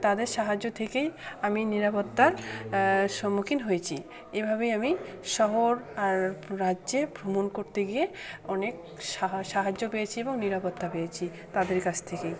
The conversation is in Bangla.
তাদের সাহায্য থেকেই আমি নিরাপত্তার সম্মুখীন হয়েছি এভাবেই আমি শহর আর রাজ্যে ভ্রমণ করতে গিয়ে অনেক সাহায্য পেয়েছি এবং নিরাপত্তা পেয়েছি তাদের কাছ থেকেই